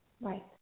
Right